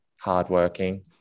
hardworking